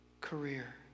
career